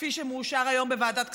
כפי שמאושר היום בוועדת כספים,